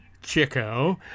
Chico